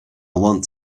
want